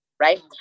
right